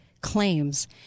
claims